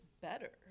better